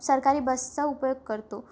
सरकारी बसचा उपयोग करतो